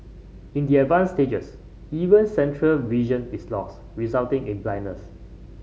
in the advanced stages even central vision is lost resulting in blindness